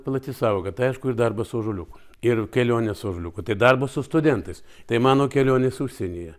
plati sąvoka tai aišku ir darbas su ąžuoliuku ir kelionės su ąžuoliuku tai darbas su studentais tai mano kelionės užsienyje